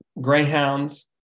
greyhounds